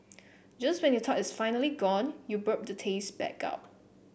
just when you thought it's finally gone you burp the taste back up